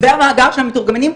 והמאגר של המתורגמנים,